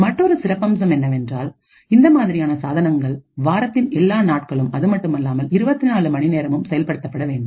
மற்றுமொரு சிறப்பம்சம் என்னவென்றால் இந்த மாதிரியான சாதனங்கள் வாரத்தின் எல்லா நாட்களும் அதுமட்டுமல்லாமல் 24 மணி நேரமும் செயல்படுத்தப்பட வேண்டும்